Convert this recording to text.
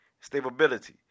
stability